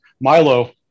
Milo